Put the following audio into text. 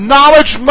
Knowledge